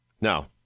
Now